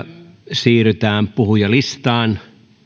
siirrytään puhujalistaan